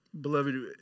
beloved